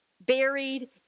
buried